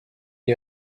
est